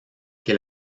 que